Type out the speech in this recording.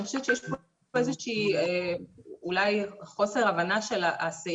אני חושבת שיש פה אולי חוסר הבנה של הסעיף.